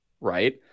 right